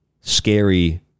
scary